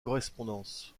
correspondance